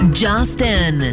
justin